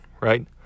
right